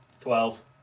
Twelve